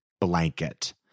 blanket